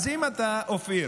אז אם אתה, אופיר,